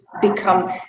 become